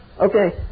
Okay